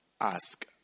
ask